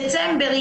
דצמבר,